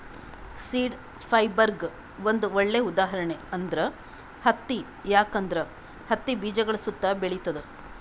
seed ಫೈಬರ್ಗ್ ಒಂದ್ ಒಳ್ಳೆ ಉದಾಹರಣೆ ಅಂದ್ರ ಹತ್ತಿ ಯಾಕಂದ್ರ ಹತ್ತಿ ಬೀಜಗಳ್ ಸುತ್ತಾ ಬೆಳಿತದ್